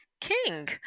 king